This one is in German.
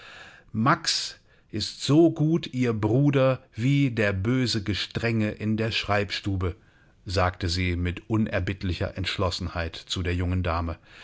max ist so gut ihr bruder wie der böse gestrenge in der schreibstube sagte sie mit unerbittlicher entschlossenheit zu der jungen dame